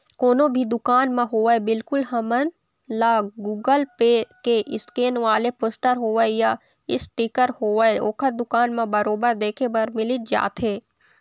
कोनो भी दुकान म होवय बिल्कुल हमन ल गुगल पे के स्केन वाले पोस्टर होवय या इसटिकर होवय ओखर दुकान म बरोबर देखे बर मिलिच जाथे